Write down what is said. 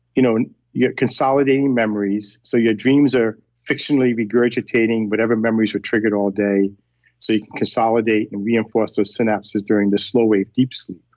you know you're consolidating memories. so your dreams are fictionally regurgitating whatever memories are triggered all day so you can consolidate and reinforce those synapses during the slow wave deep sleep.